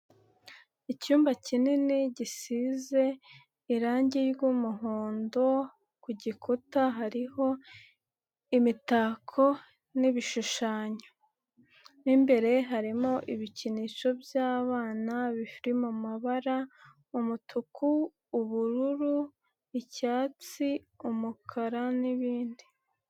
Icyumba kinini gisize, irangi ry'umuhondo, ku gikuta hariho, imitako n'ibishushanyo. Mo imbere harimo ibikinisho by'abana bifiri mumabara umutuku, ubururu, icyatsi, umukara, n'ibindi.